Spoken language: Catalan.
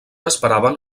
esperaven